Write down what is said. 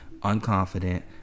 Unconfident